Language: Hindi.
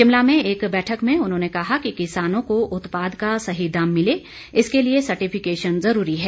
शिमला में एक बैठक में उन्होंने कहा कि किसानों को उत्पाद का सही दाम मिले इसके लिए सर्टिफिकेशन जरूरी है